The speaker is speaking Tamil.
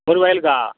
ஒரு வயலுக்கா